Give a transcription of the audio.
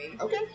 Okay